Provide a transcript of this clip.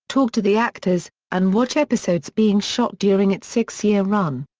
talk to the actors, and watch episodes being shot during its six year run.